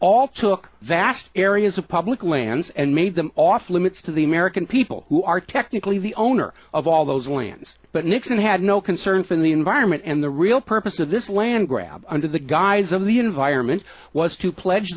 all took vast areas of public lands and made them off limits to the american people who are technically the owner of all those lands but nixon had no concerns in the environment and the real purpose of this land grab under the guise of the environment was to pledge